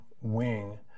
wing